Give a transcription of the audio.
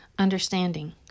understanding